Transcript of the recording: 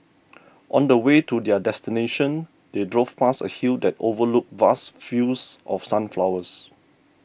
on the way to their destination they drove past a hill that overlooked vast fields of sunflowers